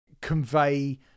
convey